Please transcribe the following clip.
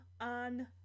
on